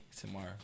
tomorrow